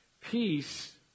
Peace